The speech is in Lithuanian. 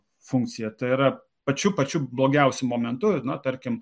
funkciją tai yra pačiu pačiu blogiausiu momentu na tarkim